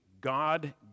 God